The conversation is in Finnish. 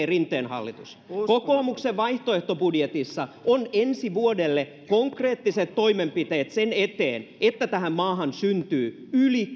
rinteen hallitus kokoomuksen vaihtoehtobudjetissa on ensi vuodelle konkreettiset toimenpiteet sen eteen että tähän maahan syntyy yli